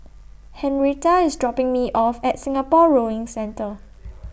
Henretta IS dropping Me off At Singapore Rowing Centre